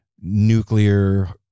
nuclear